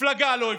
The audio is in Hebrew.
מפלגה לא הבטיחה,